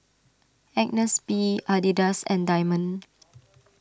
Agnes B Adidas and Diamond